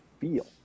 feel